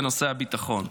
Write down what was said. בנושא הביטחון.